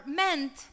meant